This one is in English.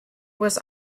was